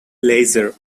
laser